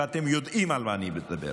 ואתם יודעים על מה אני מדבר.